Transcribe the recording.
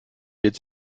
wird